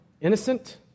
innocent